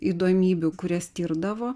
įdomybių kurias tirdavo